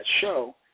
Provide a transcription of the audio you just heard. show